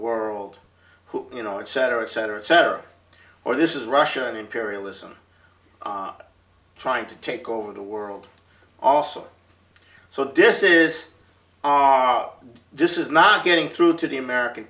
world who you know it's cetera et cetera et cetera or this is russian imperialism trying to take over the world also so this is our this is not getting through to the american